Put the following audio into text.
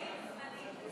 מאיר,